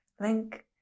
link